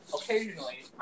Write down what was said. occasionally